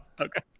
Okay